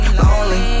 lonely